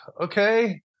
okay